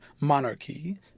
monarchy